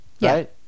right